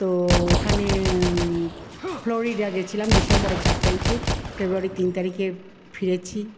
তো ওখানে ফ্লোরিডা গেছিলাম ডিসেম্বরের চার তারিখে ফেব্রুয়ারির তিন তারিখে ফিরেছি